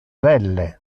belle